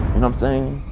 and i'm saying?